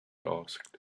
asked